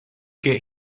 get